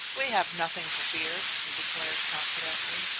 we have nothing to fear, he declared confidently,